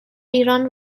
ایران